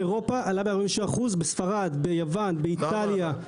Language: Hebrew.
באירופה עלה ב-46%, בספרד, ביוון, באיטליה.